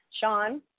Sean